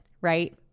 right